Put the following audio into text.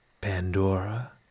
Pandora